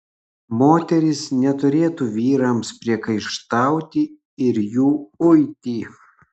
moterys neturėtų vyrams priekaištauti ir jų uiti